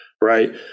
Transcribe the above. Right